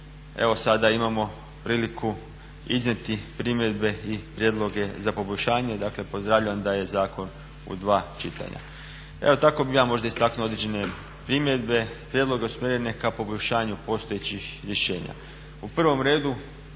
sada imamo priliku iznijeti primjedbe i prijedloge za poboljšanje. Dakle, pozdravljam da je zakon u dva čitanja. Evo tako bih ja možda istaknuo određene primjedbe, prijedloge usmjerene ka poboljšanju postojećih rješenja.